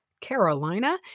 Carolina